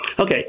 Okay